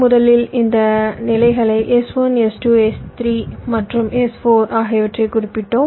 முதலில் இந்த நிலைகளை S1 S2 S3 மற்றும் S4 ஆகியவற்றைக் குறிப்போம்